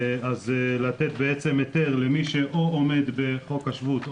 אז לתת בעצם היתר למי שאו עומד בחוק השבות,